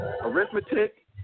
arithmetic